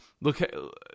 Look